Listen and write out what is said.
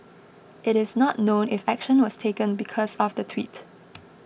it is not known if action was taken because of the tweet